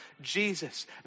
Jesus